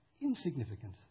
insignificant